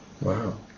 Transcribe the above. Wow